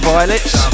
Violets